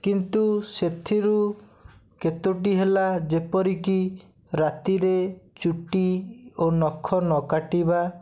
କିନ୍ତୁ ସେଥିରୁ କେତୋଟି ହେଲା ଯେପରି କି ରାତିରେ ଚୁଟି ଓ ନଖ ନ କାଟିବା